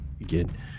again